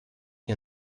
you